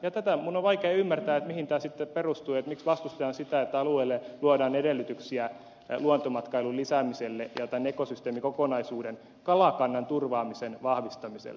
ja tätä minun on vaikea ymmärtää että mihin tämä sitten perustuu että miksi vastustetaan sitä että alueelle luodaan edellytyksiä luontomatkailun lisäämiselle ja tämän ekosysteemikokonaisuuden kalakannan turvaamisen vahvistamiselle